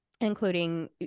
including